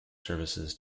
services